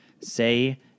Say